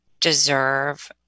deserve